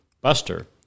Buster